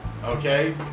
Okay